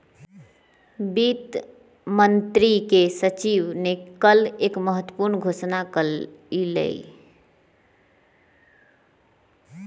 वित्त मंत्री के सचिव ने कल एक महत्वपूर्ण घोषणा कइलय